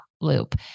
loop